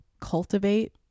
cultivate